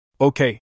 Okay